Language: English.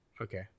Okay